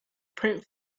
print